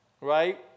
Right